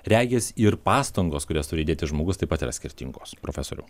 regis ir pastangos kurias turi įdėti žmogus taip pat yra skirtingos profesoriau